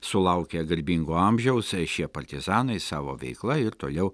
sulaukę garbingo amžiaus šie partizanai savo veikla ir toliau